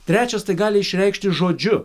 trečias tai gali išreikšti žodžiu